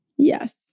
Yes